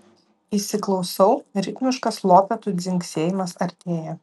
įsiklausau ritmiškas lopetų dzingsėjimas artėja